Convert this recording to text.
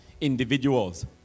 individuals